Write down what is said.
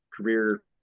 career